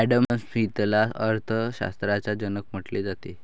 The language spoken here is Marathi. ॲडम स्मिथला अर्थ शास्त्राचा जनक म्हटले जाते